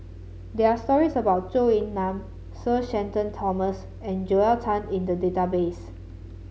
there are stories about Zhou Ying Nan Sir Shenton Thomas and Joel Tan in the database